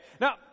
Now